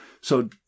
So-